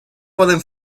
poden